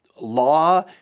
law